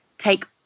take